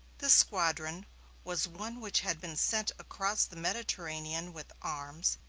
this squadron was one which had been sent across the mediterranean with arms,